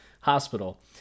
hospital